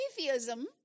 atheism